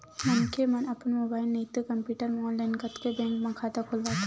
मनखे मन अपन मोबाईल नइते कम्प्यूटर म ऑनलाईन कतको बेंक म खाता खोलवाथे